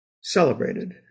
celebrated